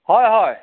হয় হয়